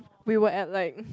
we were at like